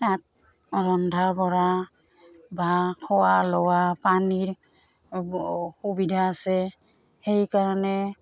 তাত ৰন্ধা বঢ়া বা খোৱা লোৱা পানীৰ সুবিধা আছে সেইকাৰণে